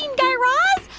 and guy raz.